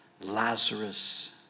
Lazarus